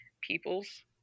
peoples